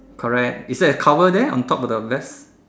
correct is there a cover there on top of the left